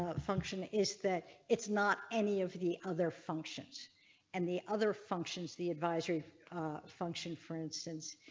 ah function is that it's not any of the other functions and the other functions the advisory function, for instance,